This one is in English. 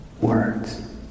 words